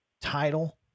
title